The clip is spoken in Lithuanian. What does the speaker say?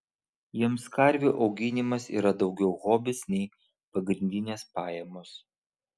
jiems karvių auginimas yra daugiau hobis nei pagrindinės pajamos